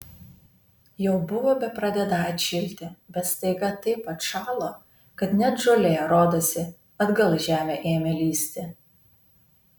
jau buvo bepradedą atšilti bet staiga taip atšalo kad net žolė rodosi atgal į žemę ėmė lįsti